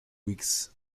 weeks